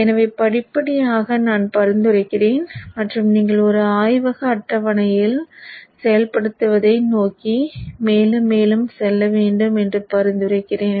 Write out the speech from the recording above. எனவே படிப்படியாக நான் பரிந்துரைக்கிறேன் மற்றும் நீங்கள் ஒரு ஆய்வக அட்டவணையில் செயல்படுத்துவதை நோக்கி மேலும் மேலும் செல்ல வேண்டும் என்று பரிந்துரைக்கிறேன்